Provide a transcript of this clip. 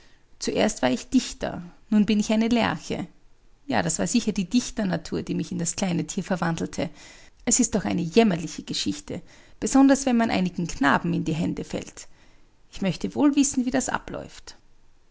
zuerst war ich dichter nun bin ich eine lerche ja das war sicher die dichternatur die mich in das kleine tier verwandelte es ist doch eine jämmerliche geschichte besonders wenn man einigen knaben in die hände fällt ich möchte wohl wissen wie das abläuft